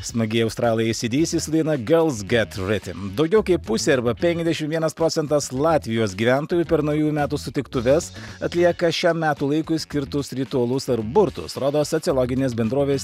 smagiai australai eisy dysyacdc su daina gerls gut ritm daugiau kaip pusė arba penkiasdešimt vienas procentas latvijos gyventojų per naujųjų metų sutiktuves atlieka šiam metų laikui skirtus ritualus ar burtus rodo sociologinės bendrovės